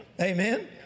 Amen